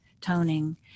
toning